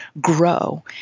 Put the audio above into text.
grow